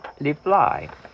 reply